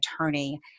attorney